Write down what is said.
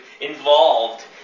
involved